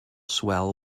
swell